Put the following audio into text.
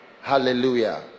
Hallelujah